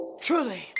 Truly